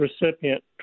recipient